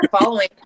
following